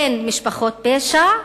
בין משפחות הפשע,